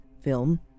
film